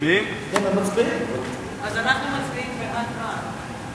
אז אנחנו מצביעים בעד מה?